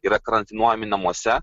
yra karantinuojami namuose